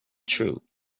true